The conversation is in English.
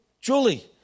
Julie